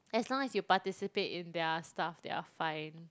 as long as you participate in their stuff they are fine